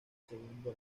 segundo